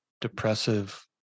depressive